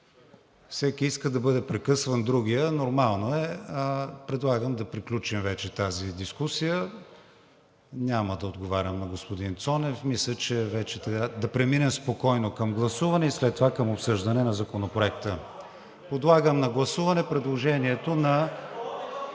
Всеки иска да бъде прекъсван другият, нормално е. Предлагам да приключим тази дискусия – няма да отговарям на господин Цонев. Мисля, че трябва вече да преминем спокойно към гласуване и след това към обсъждане на Законопроекта. Подлагам на гласуване предложението…